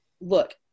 look